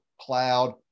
cloud